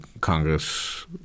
Congress